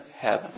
heaven